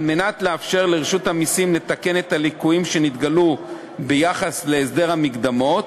על מנת לאפשר לרשות המסים לתקן את הליקויים שנתגלו ביחס להסדר המקדמות,